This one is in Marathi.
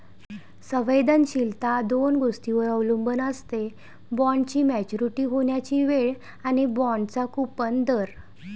संवेदनशीलता दोन गोष्टींवर अवलंबून असते, बॉण्डची मॅच्युरिटी होण्याची वेळ आणि बाँडचा कूपन दर